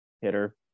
hitter